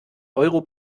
euro